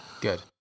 Good